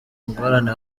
ingorane